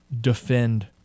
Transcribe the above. defend